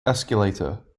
escalator